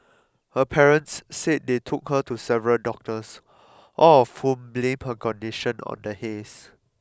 her parents said they took her to several doctors all of whom blamed her condition on the haze